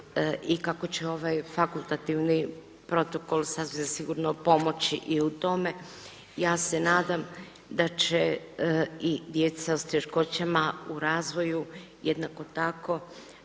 i kako će ovaj fakultativni protokol sigurno pomoći i u tome. Ja se nadam da će i djeca s teškoćama u razvoju jednako tako